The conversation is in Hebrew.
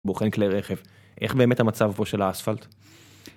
בוחן כלי רכב, איך באמת המצב פה של האספלט?